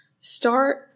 start